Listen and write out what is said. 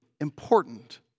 important